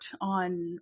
on